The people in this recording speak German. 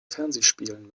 fernsehspielen